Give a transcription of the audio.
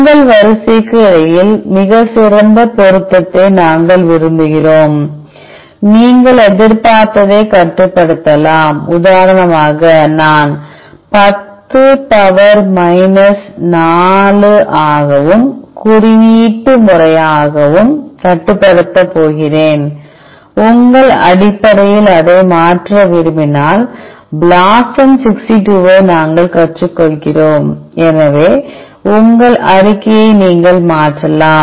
உங்கள் வரிசைக்கு இடையில் மிகச் சிறந்த பொருத்தத்தை நாங்கள் விரும்புகிறோம் நீங்கள் எதிர்பார்த்ததை கட்டுப்படுத்தலாம் உதாரணமாக நான் 10 பவர் மைனஸ் 4 ஆகவும் குறியீட்டு முறையாகவும் கட்டுப்படுத்தப் போகிறேன் உங்கள் அடிப்படையில் அதை மாற்ற விரும்பினால் blosum 62 ஐ நாங்கள் கற்றுக்கொள்கிறோம் எனவே உங்கள் அறிக்கையை நீங்கள் மாற்றலாம்